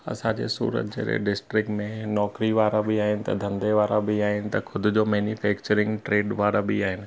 असांजे सूरत जहिड़े डिस्ट्रिक में नौकिरी वारा बि आहिनि त धंधे वारा बि आहिनि त ख़ुदि जो मैनीफेक्चरिंग ट्रेड वारा बि आहिनि